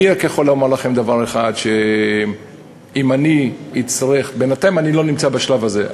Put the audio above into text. אני רק יכול לומר לכם דבר אחד: בינתיים אני לא נמצא בשלב הזה,